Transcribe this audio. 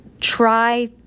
try